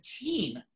team